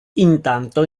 intanto